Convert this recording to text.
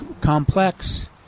complex